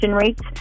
rates